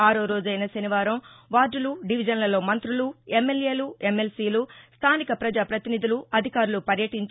ఆరో రోజైన శనివారం వార్దులు డివిజన్లలో మంతులు ఎమ్మెల్యేలు ఎమ్మెల్సీలు స్థానిక ప్రజాపతినిధులు అధికారులు పర్యటీంచి